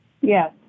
Yes